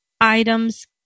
items